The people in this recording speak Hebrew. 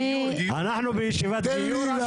תת"ל חשובה